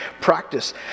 practice